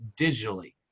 digitally